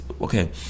Okay